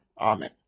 Amen